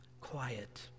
quiet